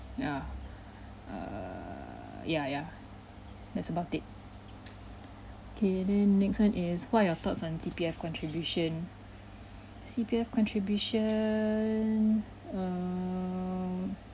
yeah err ya yeah that's about it okay then next one is what are your thoughts on C_P_F contribution C_P_F contribution err